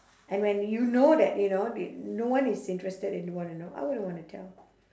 and when you know that you know no one is interested and don't want to know I wouldn't want to tell